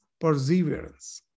perseverance